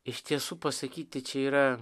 iš tiesų pasakyti čia yra